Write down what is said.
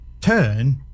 turn